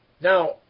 Now